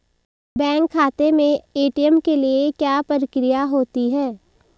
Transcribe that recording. Bank खाते में ATM के लिए क्या प्रक्रिया होती है?